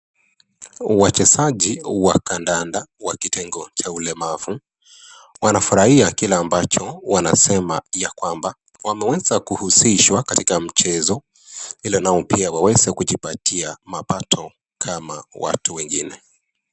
Wachezaji wa kandanda wa kitengo cha walemavu, wanafurahia kile ambacho wanasema yakwamba wameweza kuhusishwa katika mchezo ili nao waweze kujipatia mapato kama watu wengine.